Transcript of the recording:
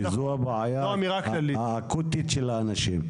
כי זו הבעיה האקוטית של האנשים.